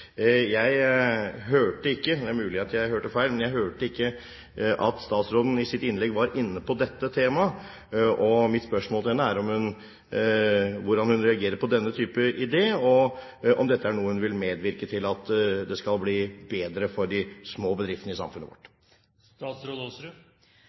Jeg hørte ikke – det er mulig det er feil – at statsråden i sitt innlegg var inne på dette temaet. Mitt spørsmål til henne er hvordan hun reagerer på denne type idé, og om dette er noe hun vil medvirke til, slik at det blir bedre for de små bedriftene i samfunnet